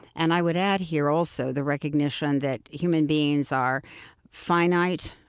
and i would add here also the recognition that human beings are finite,